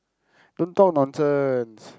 don't talk nonsense